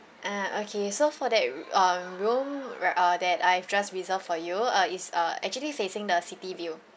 ah okay so for that r~ um room r~ uh that I've just reserved for you uh is uh actually facing the city view